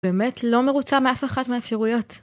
באמת לא מרוצה מאף אחת מהאפשרויות.